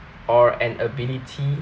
or an ability